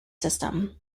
system